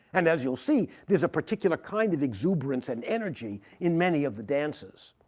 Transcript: and as you'll see, there's a particular kind of exuberance and energy in many of the dances